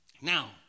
Now